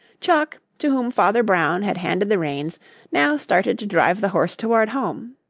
chuck, to whom father brown had handed the reins now started to drive the horse toward home.